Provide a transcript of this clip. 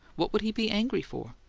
what will he be angry for?